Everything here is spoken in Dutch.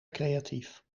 creatief